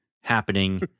happening